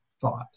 thought